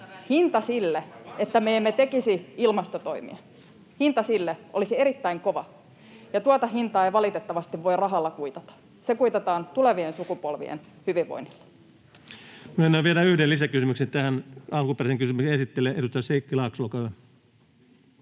Hinta sille, että me emme tekisi ilmastotoimia, olisi erittäin kova, ja tuota hintaa ei valitettavasti voi rahalla kuitata. Se kuitataan tulevien sukupolvien hyvinvoinnilla. Myönnän vielä yhden lisäkysymyksen tähän, alkuperäisen kysymyksen esittäjälle. — Edustaja Sheikki Laakso,